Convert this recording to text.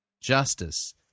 justice